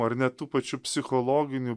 ar net tų pačių psichologinių